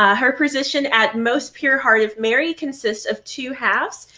ah her position at most pure heart of mary consists of two halves,